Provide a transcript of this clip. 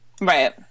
Right